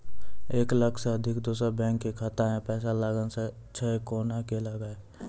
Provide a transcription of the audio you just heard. एक लाख से अधिक दोसर बैंक के खाता मे पैसा लगाना छै कोना के लगाए?